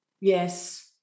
Yes